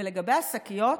ולגבי השקיות,